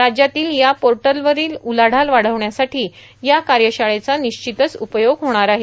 राज्यातील या पोर्टलवरील उलाढाल वाढविण्यासाठी या कार्यशाळेचा निश्चितच उपयोग होणार आहे